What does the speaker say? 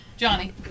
Johnny